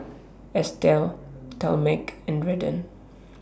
Estell Talmage and Redden